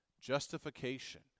justification